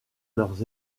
leurs